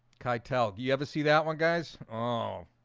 keitel do you ever see that one guys? oh